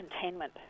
containment